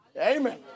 Amen